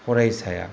फरायसाया